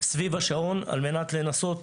סביב השעון על מנת לנסות